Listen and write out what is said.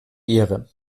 ehre